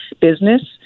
business